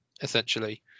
essentially